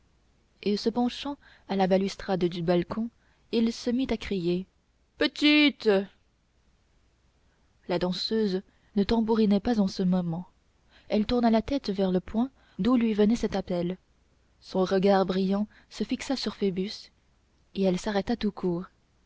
et se penchant à la balustrade du balcon il se mit à crier petite la danseuse ne tambourinait pas en ce moment elle tourna la tête vers le point d'où lui venait cet appel son regard brillant se fixa sur phoebus et elle s'arrêta tout court